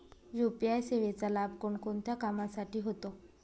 UPI सेवेचा लाभ कोणकोणत्या कामासाठी होतो?